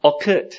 occurred